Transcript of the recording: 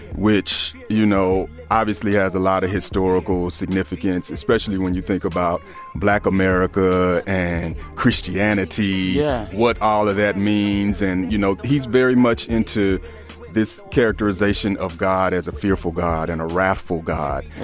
which, you know, obviously has a lot of historical significance, especially when you think about black america and christianity. yeah. what all of that means. and, you know, he's very much into this characterization of god as a fearful god and a wrathful god. yeah.